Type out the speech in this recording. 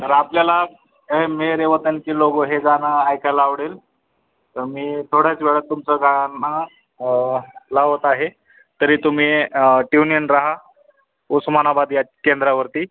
तर आपल्याला ए मेरे वतनके लोगो हे गाणं ऐकायला आवडेल तर मी थोड्याच वेळात तुमचं गाणं लावत आहे तरी तुम्ही ट्युनिन रहा उस्मानाबाद या केंद्रावरती